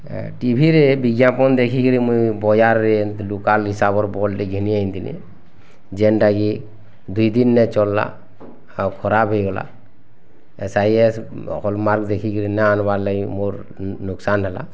ଏଁ ଟିଭିରେ ବିଜ୍ଞାପନ୍ ଦେଖିକିରି ମୁଇଁ ବଜାରରେ ଏନ୍ତି ଦୁକାନ୍ ହିସାବର୍ ଭଲ୍ଟେ ଘିନି ଆଣିଥିଲି ଜେନ୍ଟାକି ଦୁଇ ଦିନ୍ରେ ଚଲ୍ଲା ଆଉ ଖରାପ ହେଇଗଲା ଏସ୍ ଆଇ ଏସ୍ ହଲ୍ମାର୍କ ଦେଖିକରି ନା ଆନ୍ବାର୍ ଲାଗି ମୋର୍ ନୁକଶାନ୍ ହେଲା